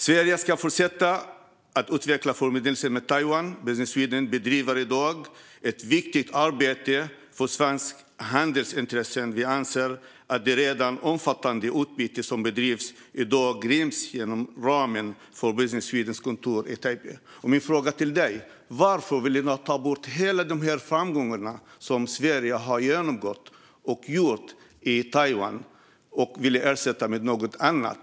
Sverige ska fortsätta att utveckla sina förbindelser med Taiwan, och Business Sweden bedriver i dag ett viktigt arbete för svenska handelsintressen. Vi anser att det redan omfattande utbyte som bedrivs i dag ryms inom ramen för Business Swedens kontor i Taipei. Varför vill ni ta bort de framgångar som Sverige har fått i Taiwan och ersätta dem med något annat?